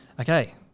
Okay